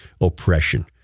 oppression